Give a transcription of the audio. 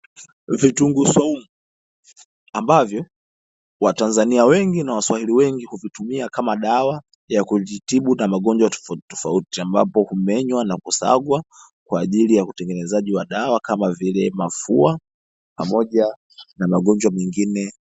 Vitunguu swaumu ambavyo watanzania wengi na waswahili wengi huvitumia kama sawa ya kujitibu na magonjwa tofauti tofauti, ambayo humenywa nakusagwa kwaajili ya utengenezaji wa dawa kama vile mafua pamoja na magonjwa mengine.